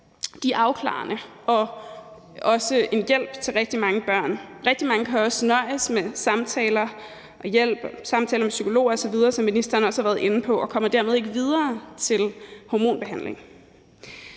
De er afklarende og også en hjælp til rigtig mange børn. Rigtig mange kan også nøjes med samtaler med psykologer osv., som ministeren også har været inde på, og kommer dermed ikke videre til hormonbehandling.